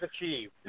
achieved